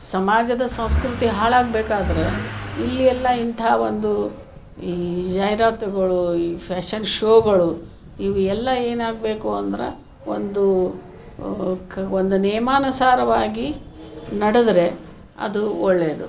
ಸಮಾಜದ ಸಂಸ್ಕೃತಿ ಹಾಳಾಗಬೇಕಾದ್ರೆ ಇಲ್ಲಿ ಎಲ್ಲ ಇಂತಹ ಒಂದು ಈ ಜಾಹಿರಾತುಗಳು ಈ ಫ್ಯಾಷನ್ ಶೋಗಳು ಇವು ಎಲ್ಲ ಏನಾಗಬೇಕು ಅಂದ್ರೆ ಒಂದು ಕ ಒಂದು ನಿಯಮಾನುಸಾರವಾಗಿ ನಡೆದರೆ ಅದು ಒಳ್ಳೆಯದು